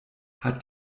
hat